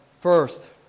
First